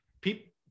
People